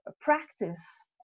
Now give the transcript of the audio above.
practice